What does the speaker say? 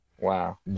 Wow